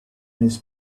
his